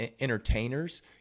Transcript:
entertainers